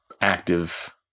active